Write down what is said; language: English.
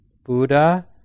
Buddha